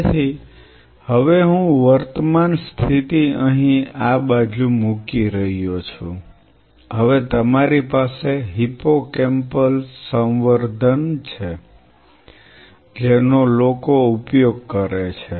તેથી હવે હું વર્તમાન સ્થિતિ અહીં આ બાજુ મૂકી રહ્યો છું હવે તમારી પાસે હિપ્પોકેમ્પલ્સ સંવર્ધન છે જેનો લોકો ઉપયોગ કરે છે